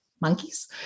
monkeys